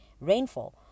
rainfall